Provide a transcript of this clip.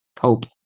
Hope